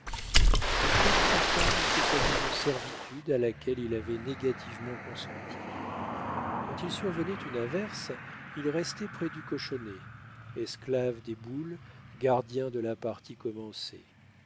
le prêt de sa canne était comme une servitude à laquelle il avait négativement consenti quand il survenait une averse il restait près du cochonnet esclave des boules gardien de la partie commencée